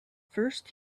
first